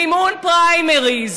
מימון פריימריז,